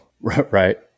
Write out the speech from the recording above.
Right